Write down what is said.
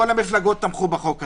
לכן כל המפלגות תמכו בחוק הזה.